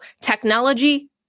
technology